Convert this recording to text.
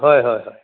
হয় হয় হয়